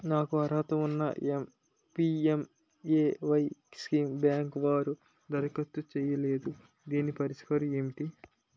నాకు అర్హత ఉన్నా పి.ఎం.ఎ.వై స్కీమ్ బ్యాంకు వారు దరఖాస్తు చేయలేదు దీనికి పరిష్కారం ఏమిటి?